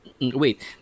Wait